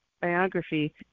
biography